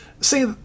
See